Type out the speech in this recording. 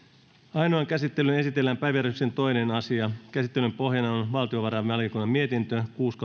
ainoaan käsittelyyn esitellään päiväjärjestyksen toinen asia käsittelyn pohjana on on valtiovarainvaliokunnan mietintö kuusi